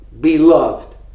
beloved